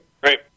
Great